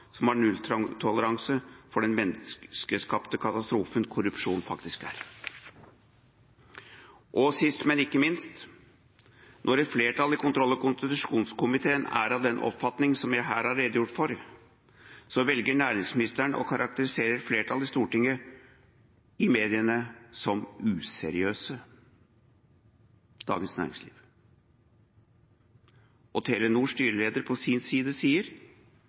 som har nulltoleranse for den menneskeskapte katastrofen korrupsjon faktisk er. Og sist, men ikke minst: Når et flertall i kontroll- og konstitusjonskomiteen er av den oppfatning som jeg her har redegjort for, så velger næringsministeren å karakterisere et flertall i Stortinget i mediene som useriøse, i Dagens Næringsliv. Telenors styreleder på sin side sier